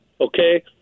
Okay